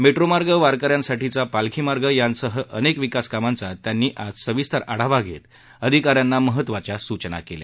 मेट्रोमार्ग वारक यांसाठीचा पालखी मार्ग यासह अनेक विकासकामांचा त्यांनी आज सविस्तर आढावा घेत अधिका यांना महत्त्वाच्या सूचना केल्या